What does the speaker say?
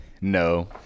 no